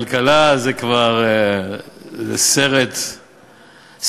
כלכלה זה כבר סרט אימים.